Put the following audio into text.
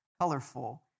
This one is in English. Colorful